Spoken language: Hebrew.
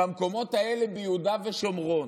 במקומות האלה ביהודה ושומרון,